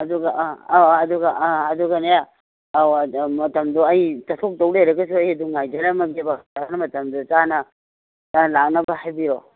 ꯑꯗꯨꯒ ꯑꯥ ꯑꯥ ꯑꯗꯨꯒ ꯑꯥ ꯑꯗꯨꯒꯅꯦ ꯑꯧ ꯃꯇꯝꯗꯣ ꯑꯩ ꯆꯠꯊꯣꯛꯇꯧ ꯂꯩꯔꯒꯖꯨ ꯑꯩ ꯑꯗꯨꯝ ꯉꯥꯏꯖꯔꯝꯃꯒꯦꯕ ꯑꯣꯖꯥꯅ ꯃꯇꯝꯗꯣ ꯆꯥꯅ ꯆꯥꯅ ꯂꯥꯛꯅꯕꯗꯣ ꯍꯥꯏꯕꯤꯔꯣ